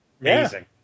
Amazing